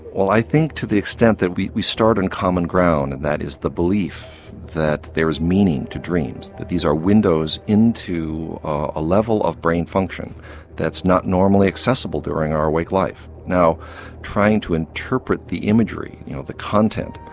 well i think to the extent that we we start on common ground and that is the belief that there is meaning to dreams, that these are windows into a level of brain function that's not normally accessible during our awake life. now trying to interpret the imagery, you know the content,